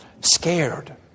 scared